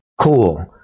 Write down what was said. cool